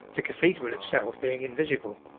the cathedral itself being invisible.